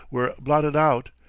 were blotted out,